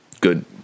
good